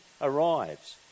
arrives